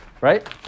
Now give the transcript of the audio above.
right